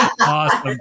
Awesome